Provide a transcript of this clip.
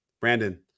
Brandon